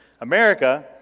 America